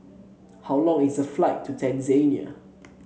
how long is the flight to Tanzania